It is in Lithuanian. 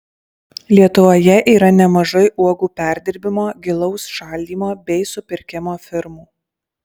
lietuvoje yra nemažai uogų perdirbimo gilaus šaldymo bei supirkimo firmų